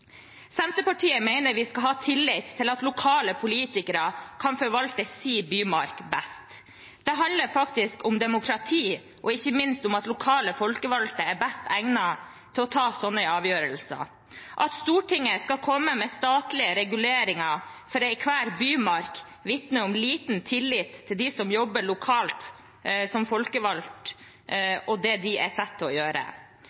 at lokale politikere kan forvalte sin bymark best. Det handler faktisk om demokrati og ikke minst om at lokale folkevalgte er best egnet til å ta slike avgjørelser. At Stortinget skal komme med statlige reguleringer for enhver bymark, vitner om liten tillit til dem som jobber lokalt som folkevalgt,